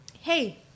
Hey